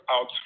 out